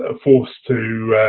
ah forced to